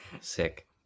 Sick